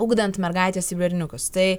ugdant mergaites ir berniukus tai